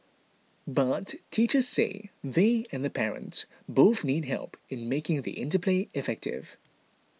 but teachers say they and the parents both need help in making the interplay effective